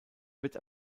wird